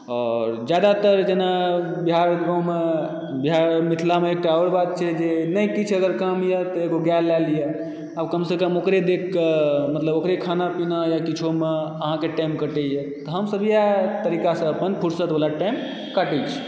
आओर जादातर जेना बिहारक गाँवमे मिथिलामे एकटा आओर बात जे नहि किछु अगर काम यऽ तऽ एगो गै लै लिअ आ कमसँ कम ओकरे देखिके मतलब ओकरे खाना पीना या किछुमे अहाँकेँ टाइम कटैए तऽ हमसभ इएह तरीकासँ अपन फुर्सतवाला टाइम कटैत छी